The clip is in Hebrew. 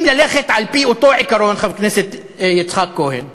אם ללכת על-פי אותו עיקרון, חבר הכנסת יצחק כהן,